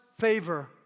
favor